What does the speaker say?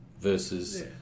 versus